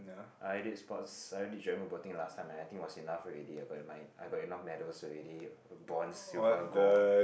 I did sports I did general boating last time and I think was enough already I got my I got enough medals already bronze silver gold